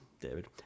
David